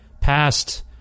past